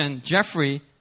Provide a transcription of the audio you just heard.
Jeffrey